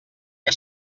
que